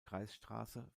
kreisstraße